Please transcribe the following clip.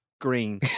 green